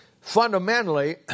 fundamentally